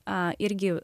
a irgi